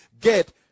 get